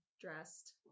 dressed